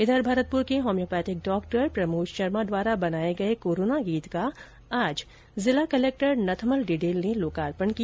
इधर भरतपुर के homeopathic doctor Pramod Sharma द्वारा बनाये गए कोरोना गीत का आज जिला कलेक्टर नथमल डिडेल ने लोकार्पण किया